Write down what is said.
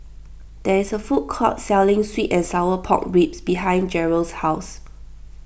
there is a food court selling Sweet and Sour Pork Ribs behind Jarrell's house